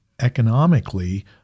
economically